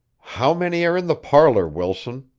how many are in the parlor, wilson?